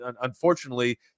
unfortunately